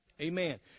Amen